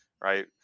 right